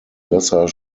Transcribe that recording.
lesser